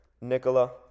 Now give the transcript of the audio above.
Nicola